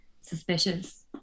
Suspicious